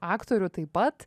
aktorių taip pat